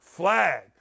Flag